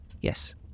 Yes